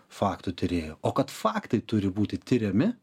faktų tyrėjo o kad faktai turi būti tiriami